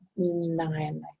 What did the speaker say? nine